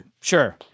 Sure